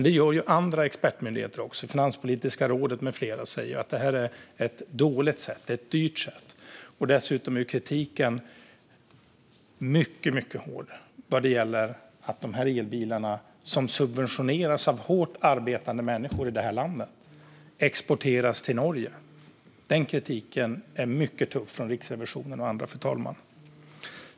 Det gör även andra expertmyndigheter. Finanspolitiska rådet med flera säger att detta är ett dåligt och dyrt sätt. Dessutom är kritiken mycket hård vad gäller att dessa elbilar, som subventioneras av hårt arbetande människor i det här landet, exporteras till Norge. Den kritiken är mycket tuff från Riksrevisionen och andra, fru talman.